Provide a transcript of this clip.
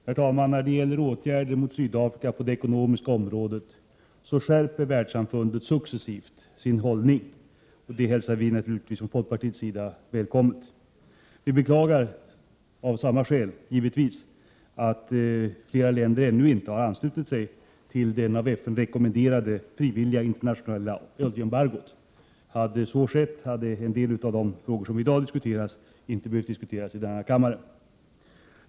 Herr talman! När det gäller åtgärder mot Sydafrika på det ekonomiska området skärper världssamfundet successivt sin hållning. Det hälsar vi från folkpartiets sida välkommet. Vi beklagar av samma skäl att flera länder ännu inte har anslutit sig till det av FN rekommenderade frivilliga internationella oljeembargot. Om så hade skett, hade en del av de frågor som i dag diskuteras inte behövt tas upp i denna kammare.